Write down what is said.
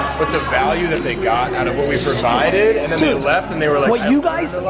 but the value that they got out of what we provided, and then they left and they were like what you guys,